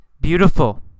beautiful